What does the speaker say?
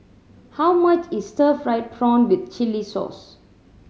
how much is stir fried prawn with chili sauce